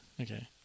okay